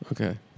Okay